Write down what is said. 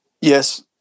yes